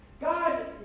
God